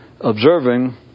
observing